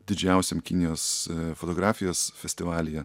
didžiausiam kinijos fotografijos festivalyje